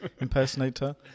Impersonator